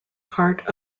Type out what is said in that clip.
part